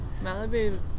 Malibu